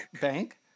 bank